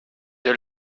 the